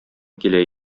килә